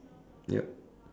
yup